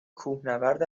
کوهنورد